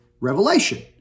Revelation